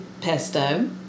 pesto